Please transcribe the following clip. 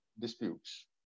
disputes